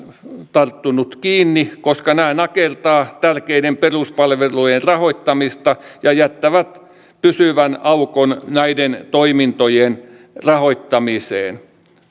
tarttunut kiinni koska nämä nakertavat tärkeiden peruspalveluiden rahoittamista ja jättävät pysyvän aukon näiden toimintojen rahoittamiseen